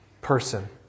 person